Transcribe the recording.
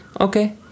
okay